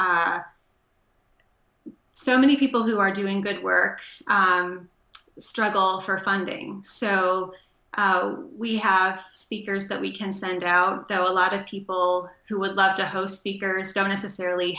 d so many people who are doing good work struggle for funding so we have speakers that we can send out there a lot of people who would love to host speakers don't necessarily